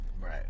Right